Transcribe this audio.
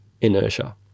inertia